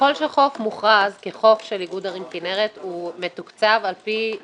ככל שחוף מוכרז כחוף של איגוד ערים כנרת הוא מתוקצב על-פי